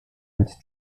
its